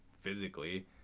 physically